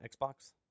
Xbox